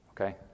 Okay